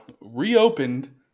reopened